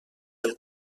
del